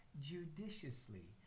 judiciously